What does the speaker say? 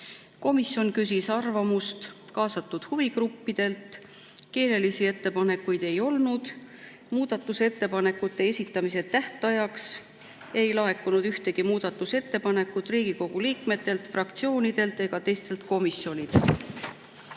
Komisjon küsis arvamust kaasatud huvigruppidelt. Keelelisi ettepanekuid ei olnud. Muudatusettepanekute esitamise tähtajaks ei laekunud ühtegi muudatusettepanekut Riigikogu liikmetelt, fraktsioonidelt ega teistelt komisjonidelt.